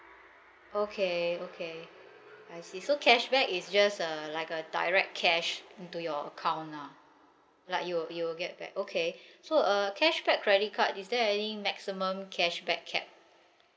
okay okay I see so cashback is just uh like a direct cash into your account lah like you'll you'll get back okay so uh cashback credit card is there any maximum cashback cap